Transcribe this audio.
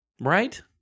Right